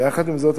ויחד עם זאת,